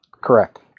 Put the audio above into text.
Correct